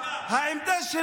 העמדה?